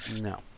No